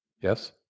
Yes